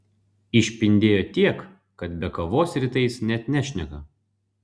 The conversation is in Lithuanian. išpindėjo tiek kad be kavos rytais net nešneka